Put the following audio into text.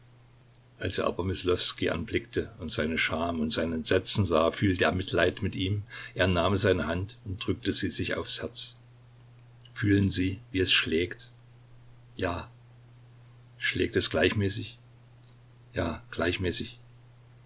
als er aber myslowski anblickte und seine scham und sein entsetzen sah fühlte er mitleid mit ihm er nahm seine hand und drückte sie sich aufs herz fühlen sie wie es schlägt ja schlägt es gleichmäßig ja gleichmäßig